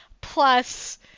plus